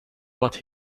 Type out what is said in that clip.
what